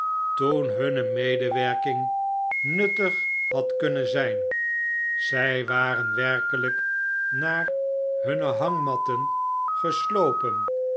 toen hunne medewerking nuttig had kunnen zjjn zjj waren werkeljjk naar nunne hangmatten geslopen